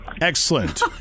Excellent